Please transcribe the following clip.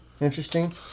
Interesting